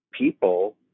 people